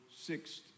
sixth